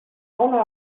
owner